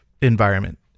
environment